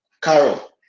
Carol